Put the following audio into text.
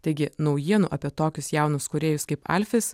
taigi naujienų apie tokius jaunus kūrėjus kaip alfis